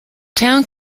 town